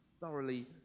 thoroughly